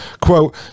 quote